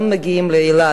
גם מגיעים לאילת,